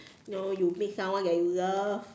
you know you meet someone that you love